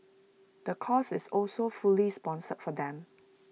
the course is also fully sponsored for them